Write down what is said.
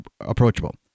approachable